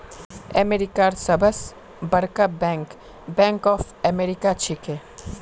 अमेरिकार सबस बरका बैंक बैंक ऑफ अमेरिका छिके